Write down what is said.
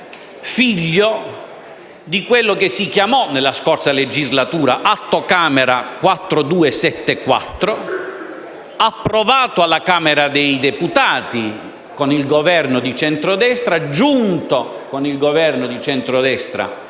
figlio di quello che nella scorsa legislatura fu l'Atto Camera 4274, approvato dalla Camera dei deputati con il Governo di centrodestra, giunto con quel Governo in quest'Aula